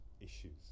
issues